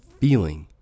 feeling